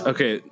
Okay